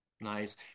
Nice